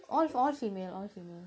all f~ all female all female